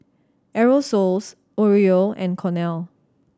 Aerosoles Oreo and Cornell